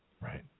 Right